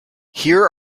here